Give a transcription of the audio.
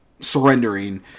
surrendering